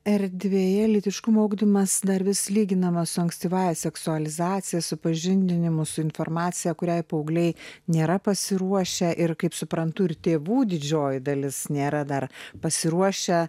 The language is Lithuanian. erdvėje lytiškumo ugdymas dar vis lyginama su ankstyvąja seksualizacija supažindinimu su informacija kuriai paaugliai nėra pasiruošę ir kaip suprantu ir tėvų didžioji dalis nėra dar pasiruošę